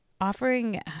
offering